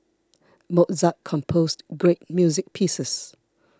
Mozart composed great music pieces